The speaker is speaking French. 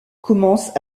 commence